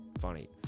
Funny